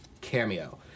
Cameo